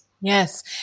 Yes